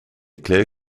clare